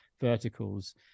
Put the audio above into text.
verticals